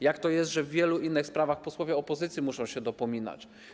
Jak to jest, że w wielu innych sprawach posłowie opozycji muszą się dopominać?